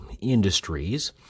industries